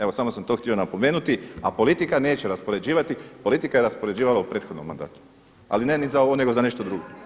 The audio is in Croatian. Evo samo sam to htio napomenuti a politika neće raspoređivati, politika je raspoređivala u prethodnom mandatu ali ne ni za ovo nego za nešto drugo.